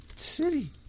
City